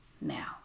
now